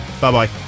Bye-bye